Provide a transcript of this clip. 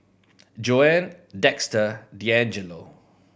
Joanne Dexter Dangelo